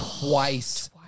twice